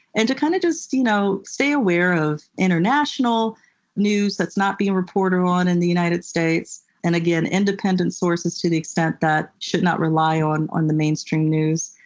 and to kind of just you know stay aware of international news that's not being reported on in the united states, and again, independent sources, to the extent that should not rely on on the mainstream news.